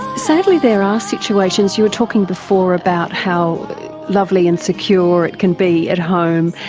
sadly there are situations, you were talking before about how lovely and secure it can be at home,